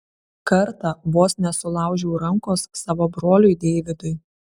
kartą vos nesulaužiau rankos savo broliui deividui